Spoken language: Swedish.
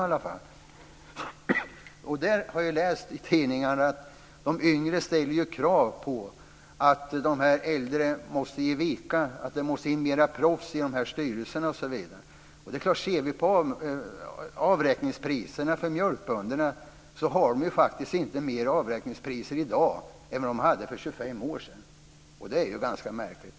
Jag har läst i tidningarna att de yngre ställer krav på att de äldre måste ge vika och att det måste in flera proffs i styrelserna. Mjölkbönderna har faktiskt inte högre avräkningspriser i dag än vad de hade för 25 år sedan. Det är ju ganska märkligt.